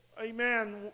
amen